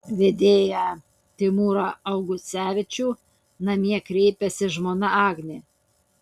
vedėją timūrą augucevičių namie kreipiasi žmona agnė